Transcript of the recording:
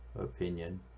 opinion